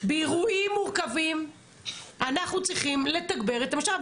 באירועים מורכבים אנחנו צריכים לתגבר את המשטרה.